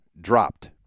dropped